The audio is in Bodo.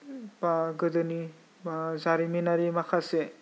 बा गोदोनि मा जारिमिनारि माखासे